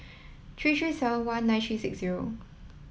three three seven one nine three six zero